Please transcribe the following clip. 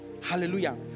Hallelujah